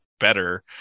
better